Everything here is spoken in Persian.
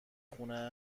خونه